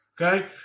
Okay